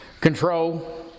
control